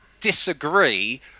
disagree